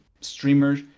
streamers